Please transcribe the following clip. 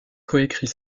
coécrit